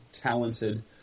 talented